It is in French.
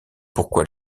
pourquoi